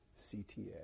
CTA